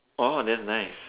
oh that's nice